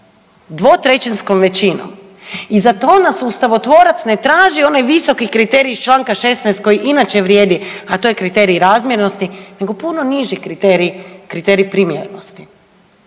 dvotrećinskom većinom i za to nas ustavotvorac ne traži onaj visoki kriterij iz čl 16. koji inače vrijedi, a to je kriterij razmjernosti nego puno niži kriterij, kriterij